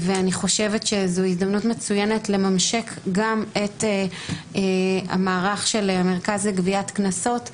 אני חושב שזו הזדמנות מצוינת לממשק גם את המערך של המרכז לגביית קנסות,